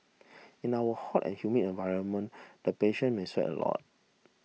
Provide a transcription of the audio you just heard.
in our hot and humid environment the patient may sweat a lot